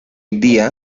día